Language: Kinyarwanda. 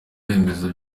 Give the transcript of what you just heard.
remezo